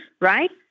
right